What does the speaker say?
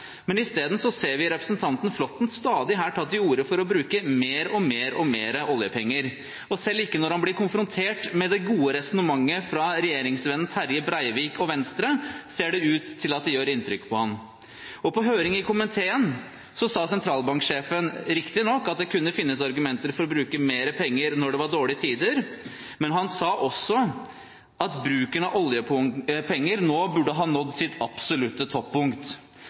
men isteden ser vi representanten Flåtten stadig ta til orde for å bruke stadig mer oljepenger. Selv ikke når han blir konfrontert med det gode resonnementet fra regjeringsvennen Terje Breivik og Venstre, ser det ut til at det gjør inntrykk på ham. På høring i komiteen sa sentralbanksjefen riktignok at det kunne finnes argumenter for å bruke mer penger når det var dårlige tider, men han sa også at bruken av oljepenger nå burde ha nådd sitt absolutte